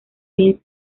vince